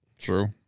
True